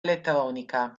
elettronica